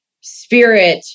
spirit